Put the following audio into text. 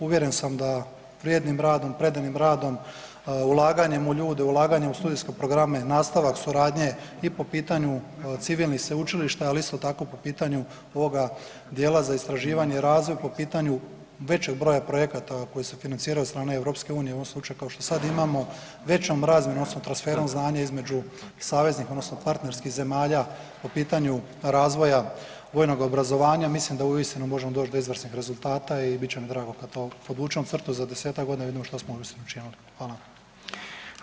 Uvjeren sam da vrijednim radom, predanim radom, ulaganjem u ljude, ulaganjem u studijske programe, nastavak suradnje i po pitanju civilnih sveučilišta, ali isto tako po pitanju ovoga dijela za istraživanje i razvoj, po pitanju većeg broja projekata koji se financiraju od strane EU, u ovom slučaju kao što sad imamo, većom razmjenom odnosno transferom znanja između saveznih odnosno partnerskih zemalja po pitanju razvoja vojnog obrazovanja ja mislim da uistinu možemo doć do izvrsnih rezultata i bit će mi drago kad to podvučemo crtu za 10-tak godina i vidimo što smo učinili.